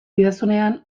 didazunean